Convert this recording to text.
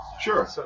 sure